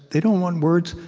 they don't want words.